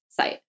site